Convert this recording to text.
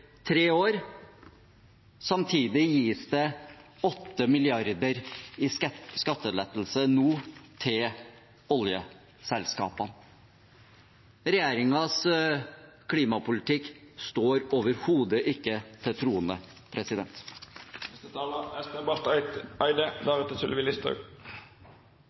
tre år. Samtidig gis det nå 8 mrd. kr i skattelettelse til oljeselskapene. Regjeringens klimapolitikk står overhodet ikke til